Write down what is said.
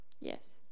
Yes